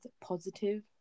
positive